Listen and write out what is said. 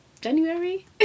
january